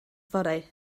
fory